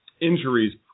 injuries